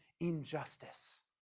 injustice